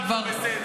מה, כולם לא בסדר?